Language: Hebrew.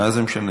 מה זה משנה?